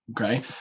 Okay